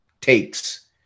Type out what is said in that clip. takes